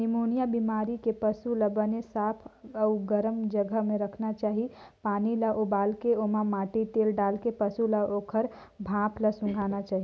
pneumonia बेमारी के पसू ल बने साफ अउ गरम जघा म राखना चाही, पानी ल उबालके ओमा माटी तेल डालके पसू ल ओखर भाप ल सूंधाना चाही